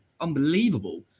Unbelievable